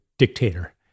dictator